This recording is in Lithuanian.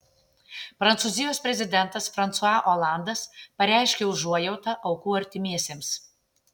prancūzijos prezidentas fransua olandas pareiškė užuojautą aukų artimiesiems